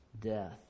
death